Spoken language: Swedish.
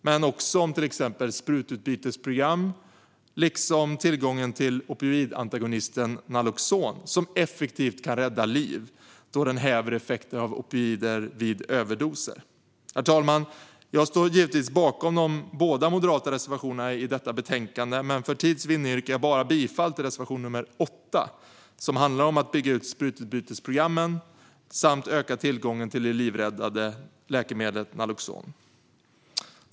Men det handlar också om till exempel sprututbytesprogram liksom om tillgången till opioidantagonisten Naloxon, som effektivt kan rädda liv då den häver effekten av opioider vid överdoser. Herr talman! Jag står givetvis bakom båda de moderata reservationerna i betänkandet. Men för tids vinnande yrkar jag bifall bara till reservation nr 8, som handlar om att bygga ut sprututbytesprogrammen samt om att öka tillgången till det livräddande läkemedlet Naloxon.